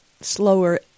slower